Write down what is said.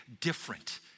different